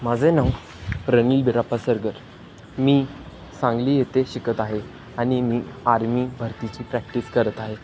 माझे नाव प्रनिल बिराप्पा सरगर मी सांगली येथे शिकत आहे आणि मी आर्मी भरतीची प्रॅक्टिस करत आहे